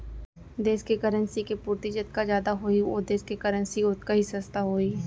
देस के करेंसी के पूरति जतका जादा होही ओ देस के करेंसी ओतका ही सस्ता होही